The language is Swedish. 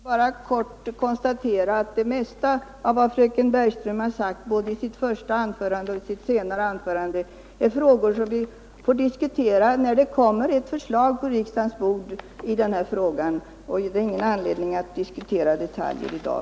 Herr talman! Jag vill bara kort konstatera att det mesta av vad fröken Bergström har sagt både i sitt första anförande och i sitt senare rör frågor som vi får diskutera när det kommer ett förslag på riksdagens bord. Det finns ingen anledning att gå in på detaljer i dag.